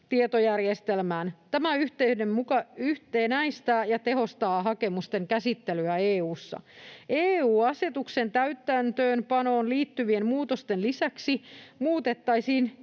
tietojärjestelmään. Tämä yhtenäistää ja tehostaa hakemusten käsittelyä EU:ssa. EU-asetuksen täytäntöönpanoon liittyvien muutosten lisäksi muutettaisiin